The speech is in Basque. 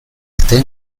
arte